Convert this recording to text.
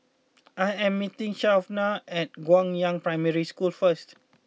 I am meeting Shawnna at Guangyang Primary School first